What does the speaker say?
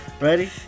Ready